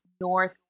North